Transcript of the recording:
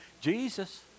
Jesus